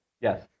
Yes